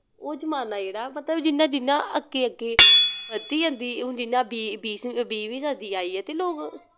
ओह् जमाना जेह्ड़ा मतलव जियां जियां अग्गे अग्गे बददी जंदी हून जियां बीह् बीस बीह्मीं सदी आई ऐ ते लोग